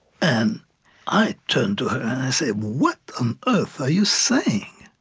and i turned to her, and i said, what on earth are you saying?